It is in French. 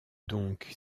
donc